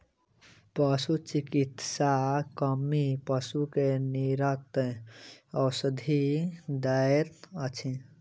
पशुचिकित्सा कर्मी पशु के निरंतर औषधि दैत अछि